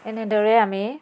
এনেদৰেই আমি